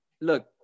look